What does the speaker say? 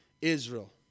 Israel